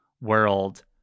world